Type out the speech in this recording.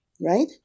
right